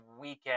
weekend